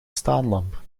staanlamp